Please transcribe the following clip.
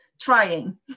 trying